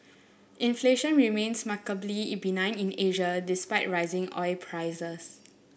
inflation remains benign in Asia despite rising oil prices